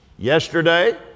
Yesterday